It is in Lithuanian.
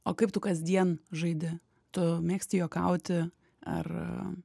o kaip tu kasdien žaidi tu mėgsti juokauti ar